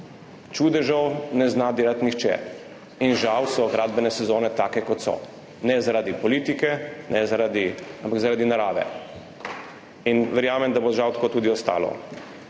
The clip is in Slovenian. čudežev ne zna delati nihče. In žal so gradbene sezone take, kot so, ne zaradi politike, ampak zaradi narave. Verjamem, da bo žal tako tudi ostalo.